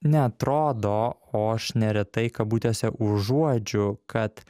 neatrodo o aš neretai kabutėse užuodžiu kad